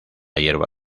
hierba